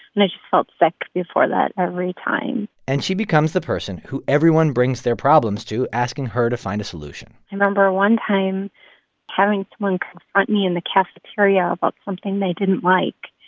and i just felt sick before that every time and she becomes the person who everyone brings their problems to, asking her to find a solution i remember one time having someone confront me in the cafeteria about something they didn't like.